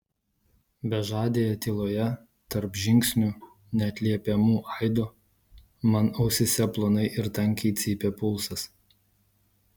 bežadėje tyloje tarp žingsnių neatliepiamų aido man ausyse plonai ir tankiai cypė pulsas